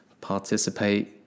participate